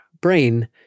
brain